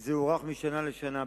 זה הוארך משנה לשנה.